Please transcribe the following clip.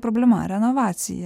problema renovacija